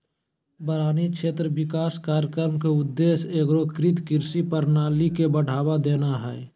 बारानी क्षेत्र विकास कार्यक्रम के उद्देश्य एगोकृत कृषि प्रणाली के बढ़ावा देना हइ